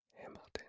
Hamilton